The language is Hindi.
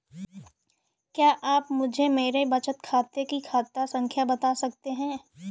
क्या आप मुझे मेरे बचत खाते की खाता संख्या बता सकते हैं?